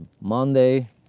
Monday